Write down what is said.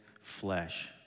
flesh